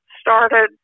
started